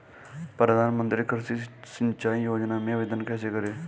प्रधानमंत्री कृषि सिंचाई योजना में आवेदन कैसे करें?